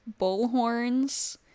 bullhorns